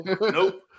Nope